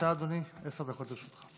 בבקשה, אדוני, עשר דקות לרשותך.